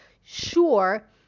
sure